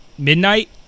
Midnight